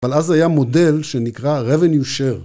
אבל אז זה היה מודל שנקרא רבניו שר